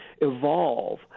evolve